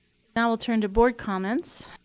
now we'll turn to board comments.